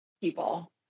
people